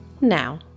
now